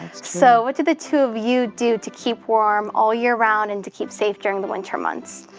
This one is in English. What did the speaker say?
so what do the two of you do to keep warm all year round, and to keep safe during the winter months?